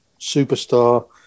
superstar